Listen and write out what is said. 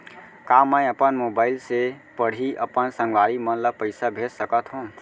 का मैं अपन मोबाइल से पड़ही अपन संगवारी मन ल पइसा भेज सकत हो?